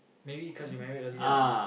maybe cause you married early ah